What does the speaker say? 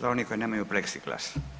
za one koji nemaju pleksiglas.